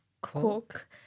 Cook